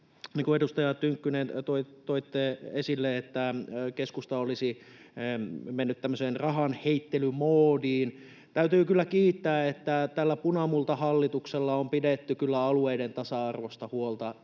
edustaja Tynkkynen toitte esille, että keskusta olisi mennyt tämmöiseen rahanheittelymoodiin, niin täytyy kyllä kiitää, että tällä punamultahallituksella on pidetty kyllä alueiden tasa-arvosta huolta